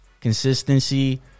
consistency